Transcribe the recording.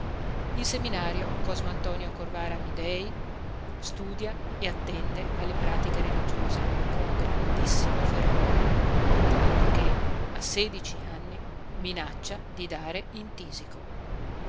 in seminario cosmo antonio corvara amidei studia e attende alle pratiche religiose con grandissimo fervore tanto che a sedici anni minaccia di dare in tisico